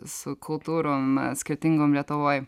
su kultūrom skirtingom lietuvoj